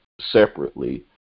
separately